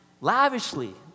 Lavishly